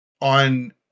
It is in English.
on